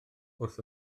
wrth